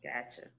Gotcha